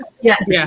Yes